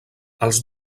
els